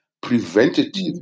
preventative